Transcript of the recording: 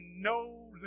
no